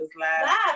Laugh